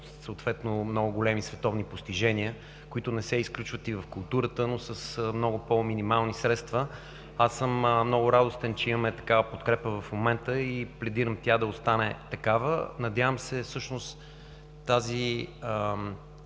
подкрепа и много големи световни постижения, които не се изключват и в културата, но с много по-минимални средства. Аз съм много радостен, че имаме такава подкрепа в момента, и пледирам тя да остане такава. Надявам се тази